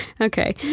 Okay